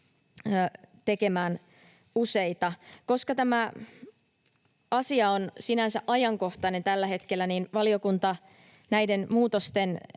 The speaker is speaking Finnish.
tekemään useita. Koska tämä asia on sinänsä ajankohtainen tällä hetkellä, niin valiokunta näiden muutosten